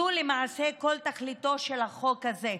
זו למעשה כל תכליתו של החוק הזה.